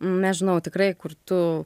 nežinau tikrai kur tu